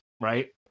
right